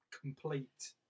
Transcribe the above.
complete